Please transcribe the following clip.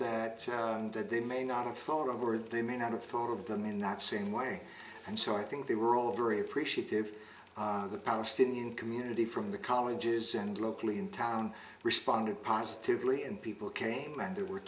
that that they may not have thought of were they may not have thought of them in that same way and so i think they were all very appreciative of the palestinian community from the colleges and locally in town responded positively and people came and they were